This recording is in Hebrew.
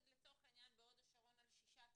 לצורך העניין בהוד השרון על שישה תלמידים.